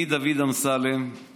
מיום 1 ביולי 2019,